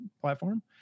platform